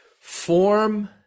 Form